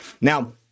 Now